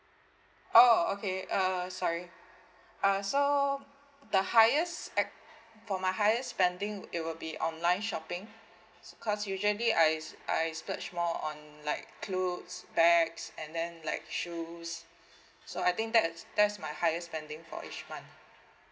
oh okay uh sorry uh so the highest a~ for my highest spending it will be online shopping cause usually I s~ I splurge more on like clothes bags and then like shoes so I think that is that is my highest spending for each month